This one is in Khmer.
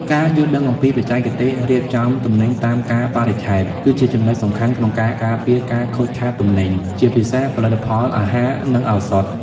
ការយល់ដឹងអំពីបច្ចេកទេសរៀបចំទំនិញតាមកាលបរិច្ឆេទ គឺជាចំណុចសំខាន់ក្នុងការការពារការខូចខាតទំនិញ ជាពិសេសផលិតផលអាហារ និងឱសថ។